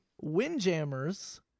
Windjammers